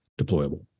deployable